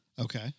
Okay